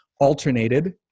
alternated